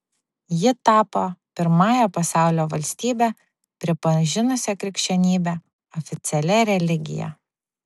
ji tapo pirmąja pasaulio valstybe pripažinusia krikščionybę oficialia religija